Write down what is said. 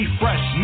fresh